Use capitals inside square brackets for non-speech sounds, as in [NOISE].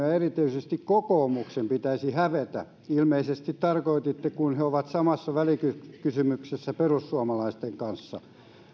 [UNINTELLIGIBLE] ja erityisesti kokoomuksen pitäisi hävetä ilmeisesti tarkoititte sitä kun he ovat samassa välikysymyksessä perussuomalaisten kanssa